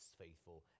faithful